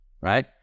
right